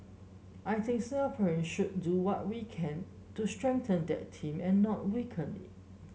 I think Singaporean should do what we can to strengthen that team and not weaken it